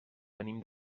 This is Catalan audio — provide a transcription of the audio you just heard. venim